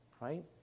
right